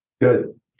Good